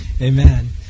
Amen